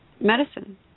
medicine